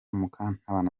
mukantabana